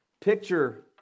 Picture